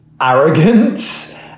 arrogance